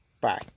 Bye